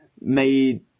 made